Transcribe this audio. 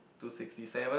to sixty seven